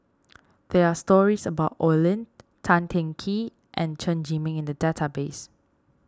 there are stories about Oi Lin Tan Teng Kee and Chen Zhiming in the database